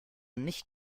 nicht